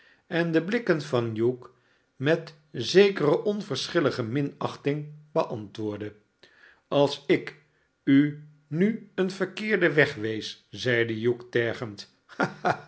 en de blikken van hugh met zekere onverschillige minachting beantwoordde s als ik u nu een verkeerden weg wees zeide hugh tergend